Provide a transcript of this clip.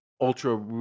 ultra